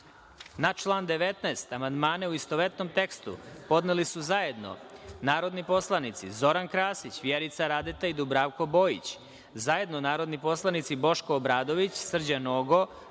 član 19. amandmane, u istovetnom tekstu, podneli su zajedno narodni poslanici Zoran Krasić, Vjerica Radeta i Dubravko Bojić, zajedno narodni poslanici Boško Obradović, Srđan Nogo,